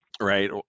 right